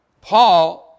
Paul